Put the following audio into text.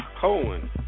Colin